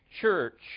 church